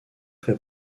fait